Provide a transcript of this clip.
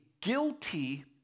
guilty